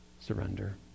surrender